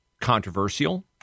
controversial